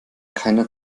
keiner